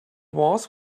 was